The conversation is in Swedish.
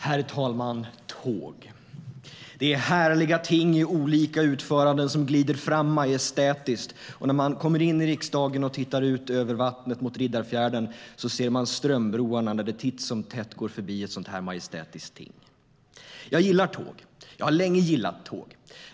Herr talman! Tåg är härliga ting i olika utföranden som glider fram majestätiskt. När man kommer in i riksdagen och tittar ut över vattnet mot Riddarfjärden ser man strömbroarna där det titt som tätt går förbi ett sådant majestätiskt ting. Jag gillar tåg. Jag har länge gillat tåg.